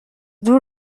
دور